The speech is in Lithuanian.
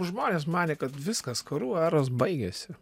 žmonės manė kad viskas karų eros baigėsi